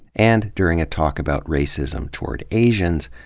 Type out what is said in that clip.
and, during talk about racism toward asians,